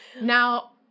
now